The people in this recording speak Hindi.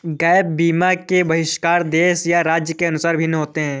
गैप बीमा के बहिष्करण देश या राज्य के अनुसार भिन्न होते हैं